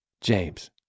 James